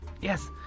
Yes